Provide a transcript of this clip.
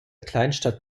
kleinstadt